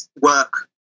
work